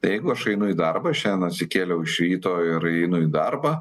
tai jeigu aš einu į darbą šiandien atsikėliau iš ryto ir einu į darbą